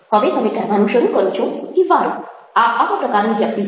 હવે તમે કહેવાનું શરૂ કરો છો કે વારુ આ આવા પ્રકારની વ્યક્તિ છે